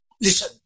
listen